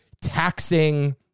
taxing